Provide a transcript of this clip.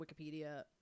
Wikipedia